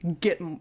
get